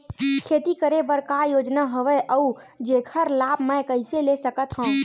खेती करे बर का का योजना हवय अउ जेखर लाभ मैं कइसे ले सकत हव?